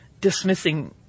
dismissing